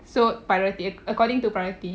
so priority a~ according to priority